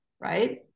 right